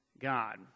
God